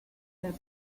that